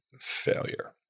failure